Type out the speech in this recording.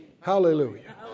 Hallelujah